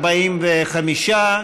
45,